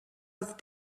with